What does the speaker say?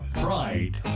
pride